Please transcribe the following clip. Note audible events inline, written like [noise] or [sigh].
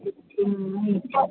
[unintelligible] ꯊꯤꯡꯅꯤ